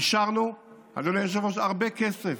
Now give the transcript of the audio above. אישרנו, אדוני היושב-ראש, הרבה כסף,